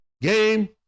Game